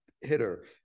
hitter